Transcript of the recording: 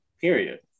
Period